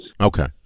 Okay